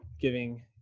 giving